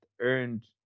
earned